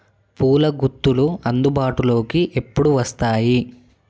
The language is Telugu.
పూల గుత్తులు అందుబాటులోకి ఎప్పుడు వస్తాయి